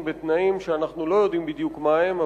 בתנאים שאנחנו לא בדיוק יודעים מה הם,